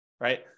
right